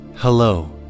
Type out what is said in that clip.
Hello